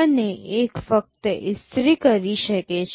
અને એક ફક્ત ઇસ્ત્રી કરી શકે છે